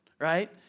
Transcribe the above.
right